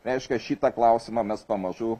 reiškia šitą klausimą mes pamažu